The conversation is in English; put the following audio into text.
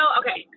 okay